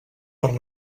per